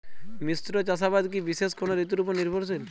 মিশ্র চাষাবাদ কি বিশেষ কোনো ঋতুর ওপর নির্ভরশীল?